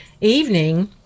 evening